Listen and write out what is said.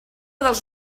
dels